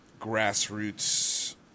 grassroots